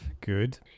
Good